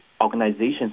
organizations